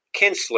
Kinsler